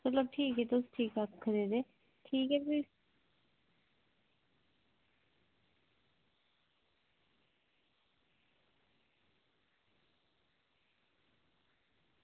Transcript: चलो ठीक तुस ठीक आक्खा दे ठीक ऐ फिर